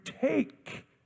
take